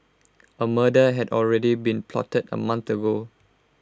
A murder had already been plotted A month ago